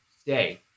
stay